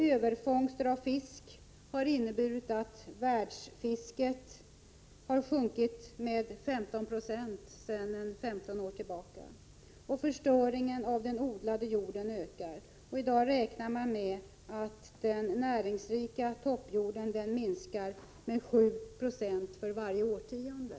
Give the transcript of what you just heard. Överfångster av fisk har inneburit att världsfisket har minskat med 15 96 sedan 15 år tillbaka. Förstöringen av den odlade jorden ökar. I dag räknar man med att den näringsrika toppjorden minskar med 7 I för varje årtionde.